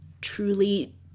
truly